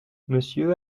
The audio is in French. monsieur